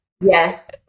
Yes